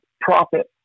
profit